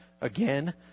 again